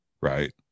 right